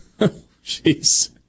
Jeez